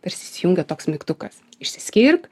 tarsi įsijungia toks mygtukas išsiskirk